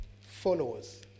followers